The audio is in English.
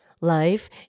Life